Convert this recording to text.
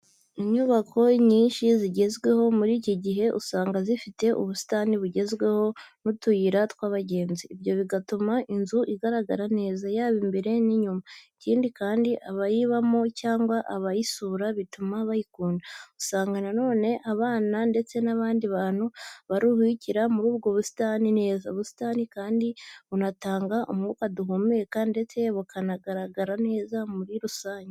Inyubako nyinshi zigezweho muri iki gihe, usanga zifite ubusitani bugezweho n'utuyira tw'abagenzi. Ibyo bigatuma inzu igaragara neza, yaba imbere n'inyuma, ikindi kandi abayibamo cyangwa abayisura bituma bayikunda. Usanga na none abana ndetse n'abandi bantu baruhukira muri ubwo busitani neza. Ubusitani kandi bunatanga umwuka duhumeka ndetse bukanagaragara neza muri rusange.